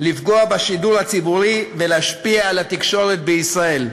לפגוע בשידור הציבורי ולהשפיע על התקשורת בישראל.